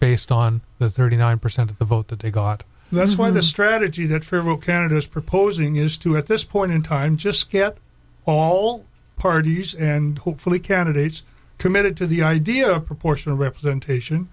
based on the thirty nine percent of the vote that they got that's why the strategy that federal candidates proposing is to at this point in time just skip all parties and hopefully candidates committed to the idea of proportional representation